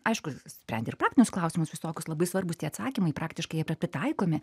aišku sprendi ir praktinius klausimus visokius labai svarbūs tie atsakymai praktiškai jie yra pritaikomi